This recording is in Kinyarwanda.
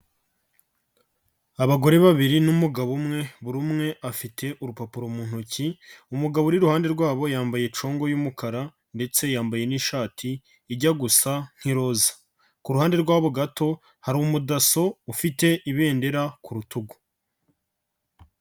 Abagore babiri n'umugabo umwe, buri umwe afite urupapuro mu ntoki, umugabo uri iruhande rwabo yambaye congo y'umukara, ndetse yambaye n'ishati ijya gusa nk'iroza. Ku ruhande rwabo gato hari umudaso ufite ibendera ku rutugu.